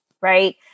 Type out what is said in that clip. right